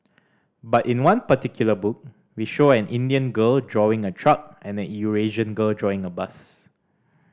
but in one particular book we show an Indian girl drawing a truck and a Eurasian girl drawing a bus